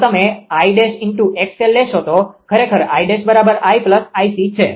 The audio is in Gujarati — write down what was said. જો તમે 𝐼′𝑥𝑙 લેશો તો ખરેખર 𝐼′ 𝐼 𝐼𝑐 છે